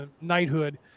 knighthood